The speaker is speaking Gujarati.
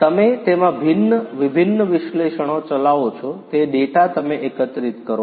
તમે તેમાં ભિન્ન વિભિન્ન વિશ્લેષણો ચલાવો છો તે ડેટા તમે એકત્રિત કરો છો